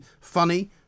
funny